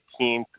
18th